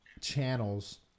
channels